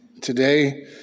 Today